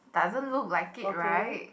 doesn't look like it right